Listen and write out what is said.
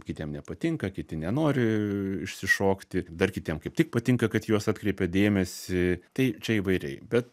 kitiem nepatinka kiti nenori išsišokti dar kitiem kaip tik patinka kad į juos atkreipia dėmesį tai čia įvairiai bet